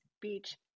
beach